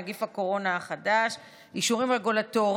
נגיף הקורונה החדש) (אישורים רגולטוריים)